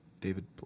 David